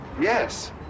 Yes